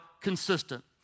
consistent